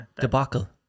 Debacle